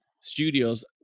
studios